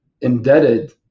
indebted